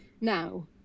Now